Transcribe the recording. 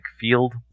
field